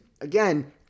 again